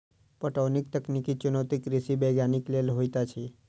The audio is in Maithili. पटौनीक तकनीकी चुनौती कृषि वैज्ञानिक लेल होइत अछि